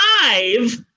five